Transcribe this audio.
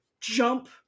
jump